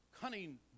cunning